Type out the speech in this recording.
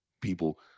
people